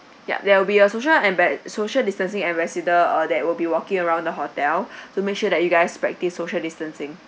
ya there will be a social and amba~ uh social distancing ambassador uh that will be walking around the hotel to make sure that you guys practise social distancing